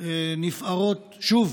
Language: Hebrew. נפערות שוב